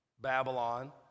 Babylon